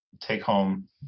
take-home